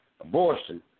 abortion